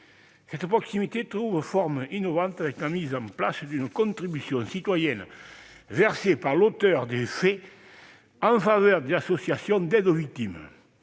Cette proximité trouve une forme innovante au travers de la mise en place d'une contribution citoyenne versée par l'auteur des faits en faveur d'une association d'aide aux victimes.